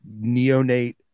neonate